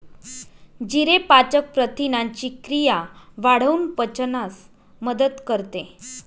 जिरे पाचक प्रथिनांची क्रिया वाढवून पचनास मदत करते